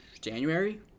January